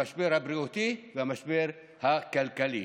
המשבר הבריאותי והמשבר הכלכלי.